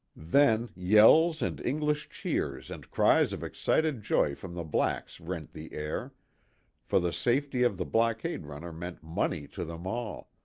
then yells and english cheers and cries of excited joy from the blacks rent the air for the safety of the blockade-runner meant money to them all,